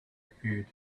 appeared